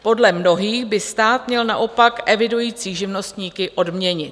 Podle mnohých by stát měl naopak evidující živnostníky odměnit.